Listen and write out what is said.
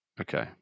Okay